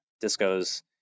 Disco's